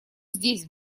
здесь